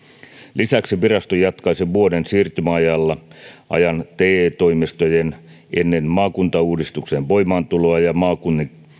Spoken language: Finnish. lisäksi virasto jatkaisi vuoden siirtymäajan te toimistojen ennen maakuntauudistuksen voimaantuloa myöntämien tukien ja avustusten ja eräiden maakuntien